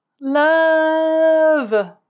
Love